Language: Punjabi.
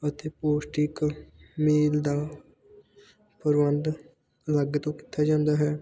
ਅਤੇ ਪੌਸ਼ਟਿਕ ਮੀਲ ਦਾ ਪ੍ਰਬੰਧ ਅਲੱਗ ਤੋਂ ਕੀਤਾ ਜਾਂਦਾ ਹੈ